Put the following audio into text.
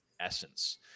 essence